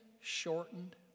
shortened